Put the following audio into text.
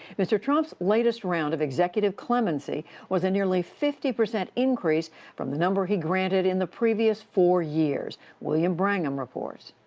mr. trump's latest round of executive clemency was a nearly fifty percent increase from the number he granted in the previous four years. william brangham reports.